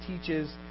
teaches